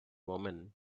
woman